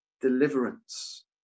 deliverance